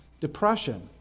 depression